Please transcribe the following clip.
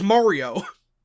Mario-